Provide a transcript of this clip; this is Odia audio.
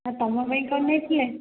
ତମ ପାଇଁ କ'ଣ ନେଇଥିଲେ